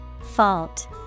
Fault